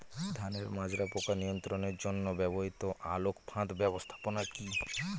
ধানের মাজরা পোকা নিয়ন্ত্রণের জন্য ব্যবহৃত আলোক ফাঁদ ব্যবস্থাপনা কি?